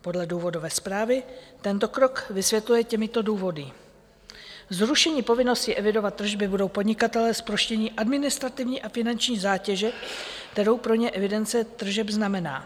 Podle důvodové zprávy tento krok vysvětluje těmito důvody: Zrušením povinnosti evidovat tržby budou podnikatelé zproštěni administrativní a finanční zátěže, kterou pro ně evidence tržeb znamená.